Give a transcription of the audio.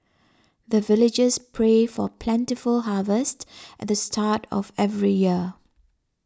the villagers pray for plentiful harvest at the start of every year